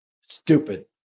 stupid